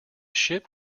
ship